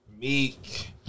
Meek